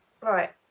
Right